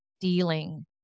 dealing